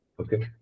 okay